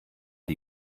die